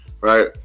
right